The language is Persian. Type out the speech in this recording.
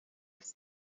است